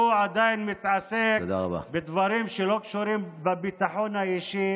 הוא עדיין מתעסק בדברים שלא קשורים בביטחון האישי